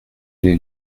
les